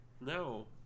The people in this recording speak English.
no